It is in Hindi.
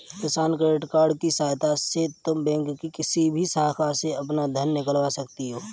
किसान क्रेडिट कार्ड की सहायता से तुम बैंक की किसी भी शाखा से अपना धन निकलवा सकती हो